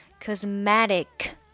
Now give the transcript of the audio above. cosmetic